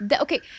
okay